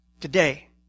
Today